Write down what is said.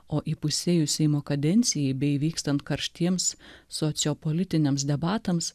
o įpusėjus seimo kadencijai bei vykstant karštiems sociopolitiniams debatams